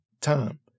time